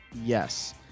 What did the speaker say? yes